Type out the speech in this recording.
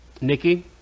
Nikki